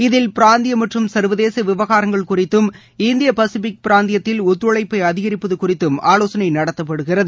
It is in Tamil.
இதில் பிராந்தியம் மற்றும் சர்வதேச விவகாரங்கள் குறித்தும் இந்திய பசிபிக் பிராந்த்தில் ஒத்துழைப்பை அதிகரிப்பது குறித்தும் ஆலோசனை நடத்தப்படுகிறது